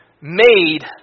made